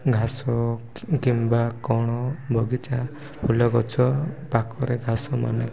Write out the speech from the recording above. ଘାସ କିମ୍ବା କ'ଣ ବଗିଚା ଫୁଲ ଗଛ ପାଖରେ ଘାସମାନେ